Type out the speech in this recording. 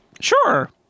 Sure